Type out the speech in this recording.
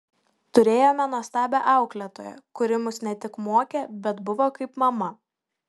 turėjome nuostabią auklėtoją kuri mus ne tik mokė bet buvo kaip mama